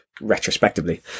retrospectively